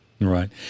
Right